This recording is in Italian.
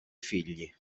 figli